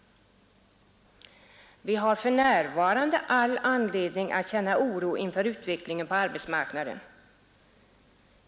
Vi har för närvarande all anledning att känna oro inför utvecklingen på arbetsmarknaden.